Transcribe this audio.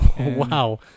Wow